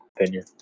opinion